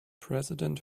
president